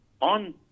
on